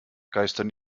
geistern